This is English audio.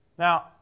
Now